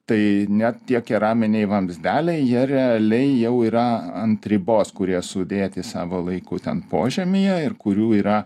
tai net tie keraminiai vamzdeliai jie realiai jau yra ant ribos kurie sudėti savo laiku ten požemyje ir kurių yra